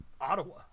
Ottawa